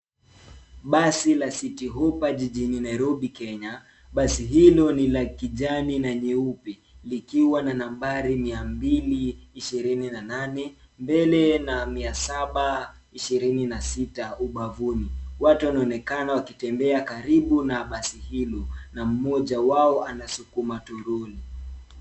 Basi la citi hoppa jijini Nairobi Kenya. Basi hilo ni la kijani na nyeupe likiwa na nambari mia mbili ishirini na nane mbele na mia saba ishirini na sita ubavuni. Watu wanaonekana wakitembea karibu na basi hilo na mmoja wao anasukuma toroli.